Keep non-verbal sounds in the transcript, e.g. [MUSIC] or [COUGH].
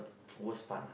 [NOISE] worst part lah